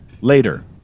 later